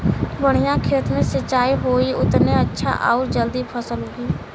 बढ़िया खेत मे सिंचाई होई उतने अच्छा आउर जल्दी फसल उगी